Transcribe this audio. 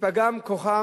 ייפגם כוחן